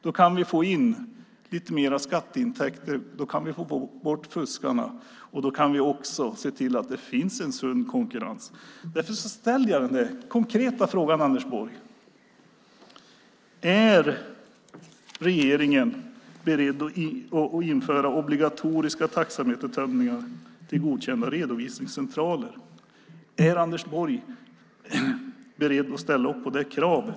Då kan vi få in lite mer skatteintäkter och få bort fuskarna och också se till att det finns en sund konkurrens. Därför ställde jag den konkreta frågan, Anders Borg. Är regeringen beredd att införa obligatoriska taxametertömningar till godkända redovisningscentraler? Är Anders Borg beredd att ställa upp på det kravet?